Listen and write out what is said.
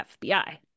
FBI